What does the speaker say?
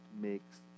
makes